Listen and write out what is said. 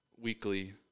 weekly